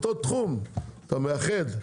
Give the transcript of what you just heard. אבל באותו תחום אתה מאחד?